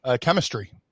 chemistry